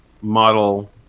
model